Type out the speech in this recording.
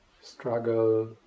struggle